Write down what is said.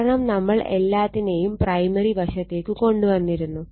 കാരണം നമ്മൾ എല്ലാത്തിനെയും പ്രൈമറി വശത്തേക്ക് കൊണ്ട് വന്നിരുന്നു